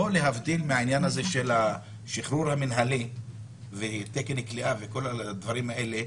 פה להבדיל מהעניין הזה של השחרור המינהלי ותקן כליאה וכל הדברים האלה,